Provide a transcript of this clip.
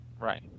Right